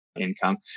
income